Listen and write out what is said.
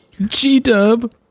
G-dub